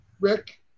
Rick